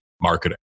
marketing